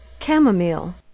Chamomile